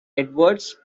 edwards